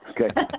Okay